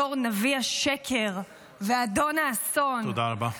-- בתור נביא השקר ואדון האסון -- תודה רבה.